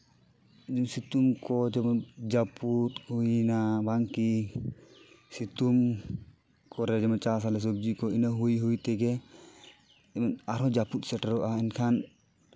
ᱥᱤᱛᱩᱝ ᱠᱚ ᱡᱮᱢᱚᱱ ᱡᱟᱹᱯᱩᱫ ᱦᱩᱭᱱᱟ ᱵᱟᱝᱠᱤ ᱥᱤᱛᱩᱝ ᱠᱚᱨᱮ ᱪᱟᱥ ᱟᱞᱮ ᱥᱚᱵᱽᱡᱤ ᱠᱚ ᱤᱱᱟᱹ ᱦᱩᱭ ᱦᱩᱭ ᱛᱮᱜᱮ ᱟᱨᱦᱚᱸ ᱡᱟᱹᱯᱩᱫ ᱥᱮᱴᱮᱨᱚᱜᱼᱟ ᱮᱱᱠᱷᱟᱱ